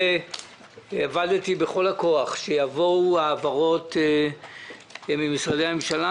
עבדתי בכל הכוח כדי שיבואו העברות ממשרדי הממשלה,